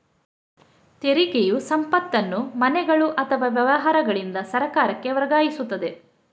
ತೆರಿಗೆಯು ಸಂಪತ್ತನ್ನು ಮನೆಗಳು ಅಥವಾ ವ್ಯವಹಾರಗಳಿಂದ ಸರ್ಕಾರಕ್ಕೆ ವರ್ಗಾಯಿಸುತ್ತದೆ